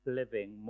living